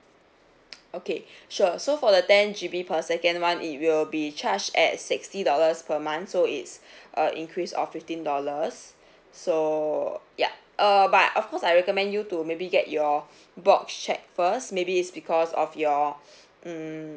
okay sure so for the ten G_B per second [one] it will be charged at sixty dollars per month so it's uh increase of fifteen dollars so ya err but of course I recommend you to maybe get your box check first maybe is because of your mm